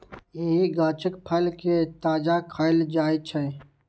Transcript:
एहि गाछक फल कें ताजा खाएल जाइ छै